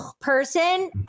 person